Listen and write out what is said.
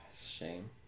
Shame